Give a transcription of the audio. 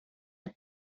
have